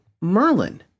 Merlin